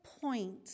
point